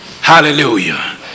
Hallelujah